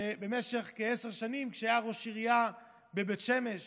שבמשך כעשר שנים כשהיה ראש עירייה בבית שמש